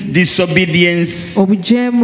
disobedience